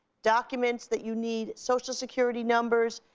documents that you need, social security numbers,